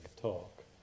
talk